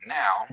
now